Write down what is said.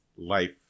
life